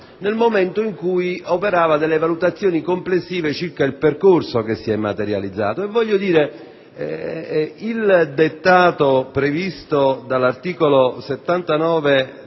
nel momento in cui operava delle valutazioni complessive circa il percorso che si è materializzato. Voglio dire che il dettato previsto dall'articolo 79